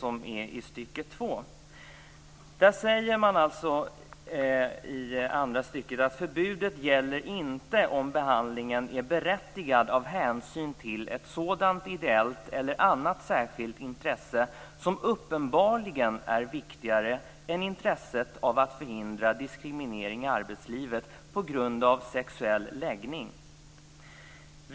I andra stycket framgår att förbudet inte gäller om behandlingen är berättigad av hänsyn till ett sådant ideellt eller annat särskilt intresse som uppenbarligen är viktigare än intresset av att förhindra diskriminering i arbetslivet på grund av sexuell läggning.